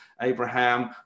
Abraham